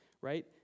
right